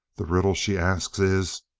the riddle she asks is,